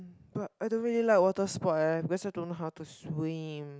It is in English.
but I don't really like water sport eh because I don't know how to swim